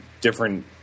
different